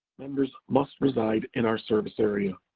members must reside in our service area.